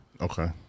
Okay